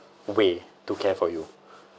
way to care for you